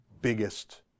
biggest